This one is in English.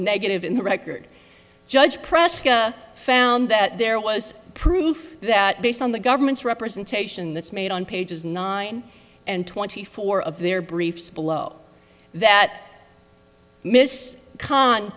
negative in the record judge press found that there was proof that based on the government's representation that's made on pages nine and twenty four of their briefs below that miss co